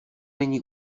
není